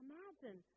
Imagine